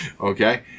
Okay